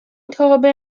تابع